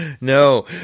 No